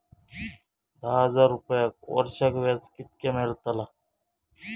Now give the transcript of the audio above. दहा हजार रुपयांक वर्षाक व्याज कितक्या मेलताला?